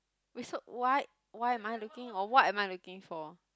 wait so what why am I looking or what am I looking for